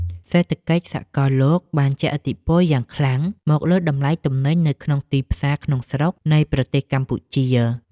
សេដ្ឋកិច្ចសកលលោកបានជះឥទ្ធិពលយ៉ាងខ្លាំងមកលើតម្លៃទំនិញនៅក្នុងទីផ្សារក្នុងស្រុកនៃប្រទេសកម្ពុជា។